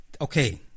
Okay